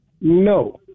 No